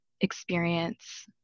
experience